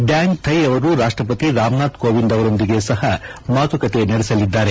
ಡ್ವಾಂಗ್ ಥೈ ಅವರು ರಾಷ್ಟಪತಿ ರಾಮನಾಥ್ ಕೋವಿಂದ್ ಅವರೊಂದಿಗೆ ಸಹ ಮಾತುಕತೆ ನಡೆಸಲಿದ್ದಾರೆ